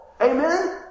Amen